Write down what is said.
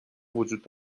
وجود